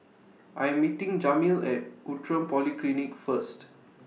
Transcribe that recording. I'm meeting Jameel At Outram Polyclinic First